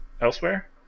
Elsewhere